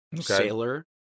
sailor